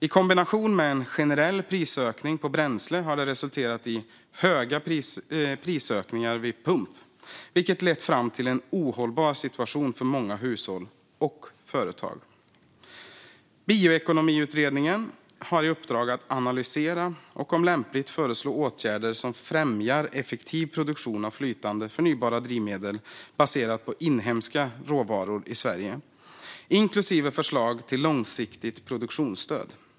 I kombination med en generell prisökning på bränsle har det resulterat i höga prisökningar vid pump, vilket lett fram till en ohållbar situation för många hushåll och företag. Bioekonomiutredningen har i uppdrag att analysera och, om lämpligt, föreslå åtgärder som främjar effektiv produktion av flytande förnybara drivmedel baserade på inhemska råvaror i Sverige, inklusive förslag till långsiktigt produktionsstöd.